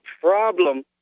problem